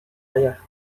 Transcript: ayah